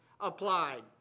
applied